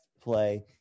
play